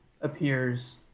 appears